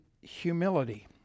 humility